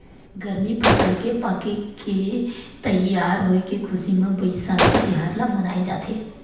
गरमी फसल के पाके के तइयार होए के खुसी म बइसाखी तिहार ल मनाए जाथे